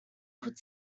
could